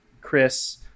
Chris